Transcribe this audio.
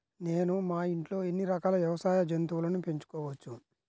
నేను మా ఇంట్లో ఎన్ని రకాల వ్యవసాయ జంతువులను పెంచుకోవచ్చు?